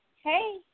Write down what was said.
Hey